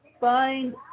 find